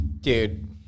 Dude